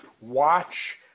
watch